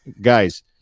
Guys